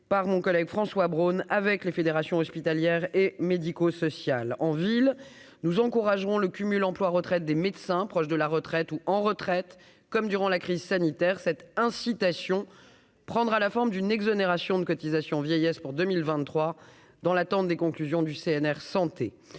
par mon collègue François Braun avec les fédérations hospitalières et médico- social en ville, nous encouragerons le cumul emploi-retraite des médecins proches de la retraite ou en retraite, comme durant la crise sanitaire, cette incitation prendra la forme d'une exonération de cotisations vieillesse pour 2023, dans l'attente des conclusions du CNR santé